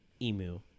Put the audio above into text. emu